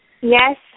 Yes